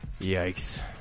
Yikes